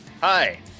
Hi